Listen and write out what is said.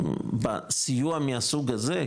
בסיוע מהסוג הזה,